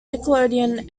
nickelodeon